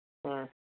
ꯎꯝ